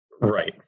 Right